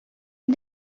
иде